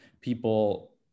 People